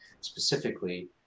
specifically